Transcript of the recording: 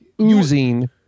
oozing